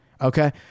Okay